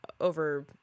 over